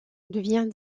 devient